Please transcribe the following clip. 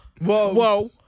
Whoa